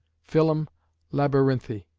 filum labyrinthi.